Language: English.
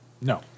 No